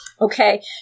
Okay